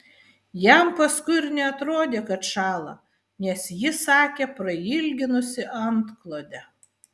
jam paskui ir neatrodė kad šąla nes ji sakė prailginusi antklodę